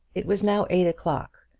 it was now eight o'clock,